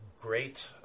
great